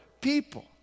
people